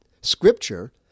Scripture